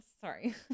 sorry